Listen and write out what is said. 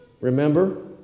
Remember